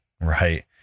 Right